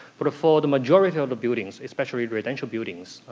but for the majority of the buildings, especially residential buildings,